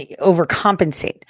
overcompensate